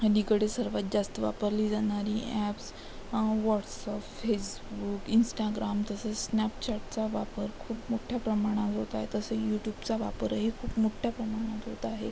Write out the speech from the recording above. अलीकडे सर्वांत जास्त वापरली जाणारी ॲप्स वॉट्सअप फेसबूक इंस्टाग्राम तसेच स्नॅपचॅटचा वापर खूप मोठ्या प्रमाणावर होत आहे तसे यूट्यूबचा वापरही खूप मोठ्या प्रमाणात होत आहे